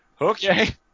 Okay